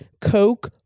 coke